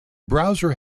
browser